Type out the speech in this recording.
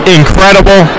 incredible